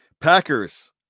Packers